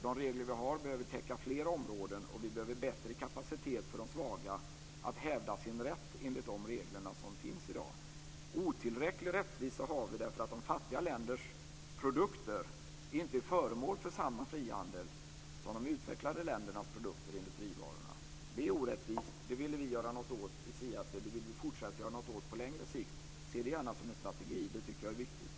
De regler vi har behöver täcka fler områden, och det behövs bättre kapacitet för de svaga att hävda sin rätt enligt de regler som finns i dag. Otillräcklig rättvisa har vi därför att de fattiga ländernas produkter inte är föremål för samma frihandel som de utvecklade ländernas produkter och industrivaror. Det är orättvist. Det ville vi göra något åt i Seattle. Det vill vi fortsätta att göra något åt på längre sikt. Se det gärna som en strategi. Det tycker jag är viktigt.